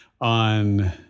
on